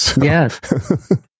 Yes